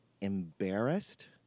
embarrassed